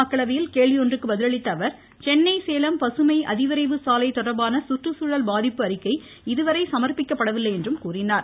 மக்களவையில் கேள்வி ஒன்றிற்கு பதிலளித்த அவர் சென்னை சேலம் பசுமை அதிவிரைவு சாலை தொடர்பான குற்றுச்சூழல் பாதிப்பு அறிக்கை இதுவரை சமர்ப்பிக்கப்படவில்லை என்றும் கூறினார்